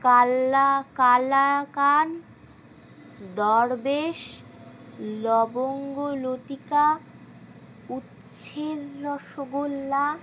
কাল্লা কালাকাদ দরবেশ লবঙ্গ লতিকা উচ্ছের রসগোল্লা